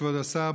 כבוד השר,